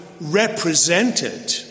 represented